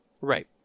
Right